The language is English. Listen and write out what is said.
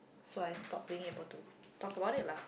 so I stop being able to talk about it lah